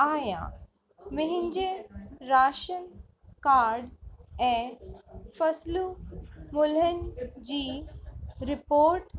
आहियां मुंहिंजे ration card ऐं फ़सुल मुल्हन जी रिपोर्ट